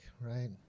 right